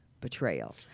betrayal